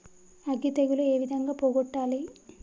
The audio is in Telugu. అగ్గి తెగులు ఏ విధంగా పోగొట్టాలి?